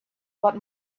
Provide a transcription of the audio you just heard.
what